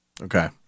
Okay